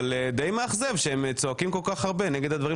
אבל די מאכזב שהם צועקים כל כך הרבה נגד הדברים